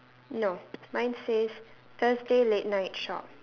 no mine says thursday late night shop